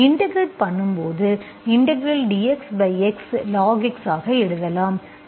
integrate பண்ணும்போது dxx logx ஆக எழுதலாம்